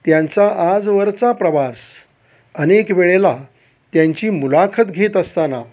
त्यांचा आजवरचा प्रवास अनेक वेळेला त्यांची मुलाखत घेत असताना